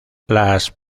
las